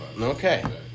Okay